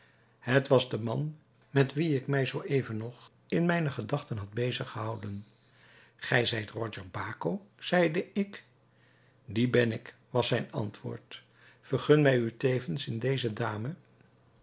het was de man met wien ik mij zoo even nog in mijne gedachten had bezig gehouden gij zijt roger baco zeide ik die ben ik was zijn antwoord vergun mij u tevens in deze dame